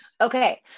Okay